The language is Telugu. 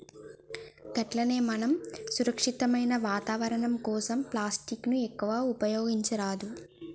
గట్లనే మనం సురక్షితమైన వాతావరణం కోసం ప్లాస్టిక్ ని ఎక్కువగా ఉపయోగించరాదు